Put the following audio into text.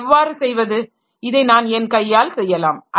இதை எவ்வாறு செய்வது இதை நான் என் கையால் செய்யலாம்